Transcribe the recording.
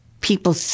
people